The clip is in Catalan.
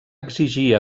exigir